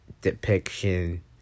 depiction